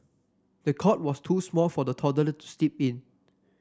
the cot was too small for the toddler to sleep in